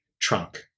trunk